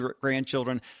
grandchildren